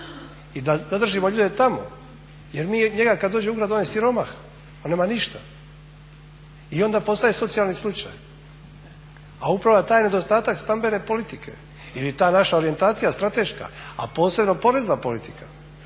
i da zadržimo ljude tamo. Jer mi njega kad dođe u grad on je siromah, on nema ništa i onda postaje socijalni slučaj, a upravo taj nedostatak stambene politike ili ta naša orijentacija strateška, a posebno porezna politika.